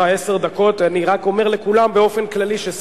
אנחנו עוברים להצעת החוק הבאה שעל